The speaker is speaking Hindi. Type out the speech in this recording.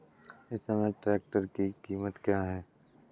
इस समय ट्रैक्टर की कीमत क्या है?